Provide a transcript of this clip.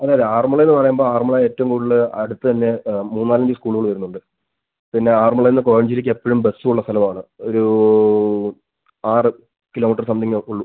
അതെ അതെ ആറന്മുള എന്ന് പറയുമ്പോൾ ആറന്മുള ഏറ്റവും കൂടുതല് അടുത്ത് തന്നെ മൂന്നാലഞ്ച് സ്കൂളുകള് വരുന്നുണ്ട് പിന്നെ ആറന്മുളയിൽ നിന്ന് കോഴഞ്ചേരിക്കെപ്പഴും ബസ്സുള്ള സ്ഥലവാണ് ഒരു ആറ് കിലോമീറ്റർ സമത്തിംഗ് ഉള്ളൂ